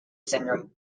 syndrome